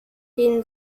den